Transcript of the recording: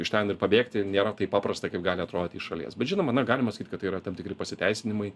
iš ten ir pabėgti nėra taip paprasta kaip gali atrodyti iš šalies bet žinoma na galima sakyt kad yra tam tikri pasiteisinimai